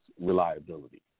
reliability